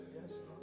Yes